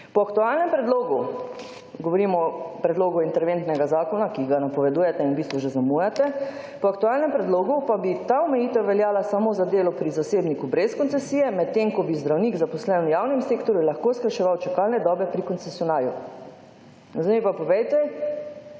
Po aktualnem predlogu,« govorimo o predlogu interventnega zakona, ki ga napovedujete in v bistvu že zamujate, »pa bi ta omejitev veljala samo za delo pri zasebniku brez koncesije, medtem ko bi zdravnik, zaposlen v javnem sektorju, lahko skrajševal čakalne dobe pri koncesionarju.« Zdaj mi pa povejte,